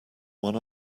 one